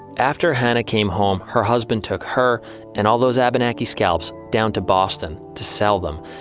after hannah came home, her husband took her and all those abenaki scalps down to boston to sell them.